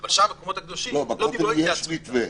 אבל על שאר המקומות הקדושים לא התייעצו אתם.